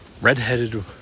Red-headed